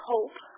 Hope